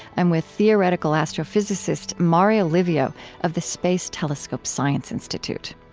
i'm with theoretical astrophysicist mario livio of the space telescope science institute.